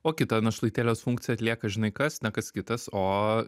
o kita našlaitėlės funkciją atlieka žinai kas ne kas kitas o